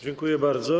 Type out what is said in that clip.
Dziękuję bardzo.